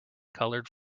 colored